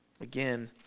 Again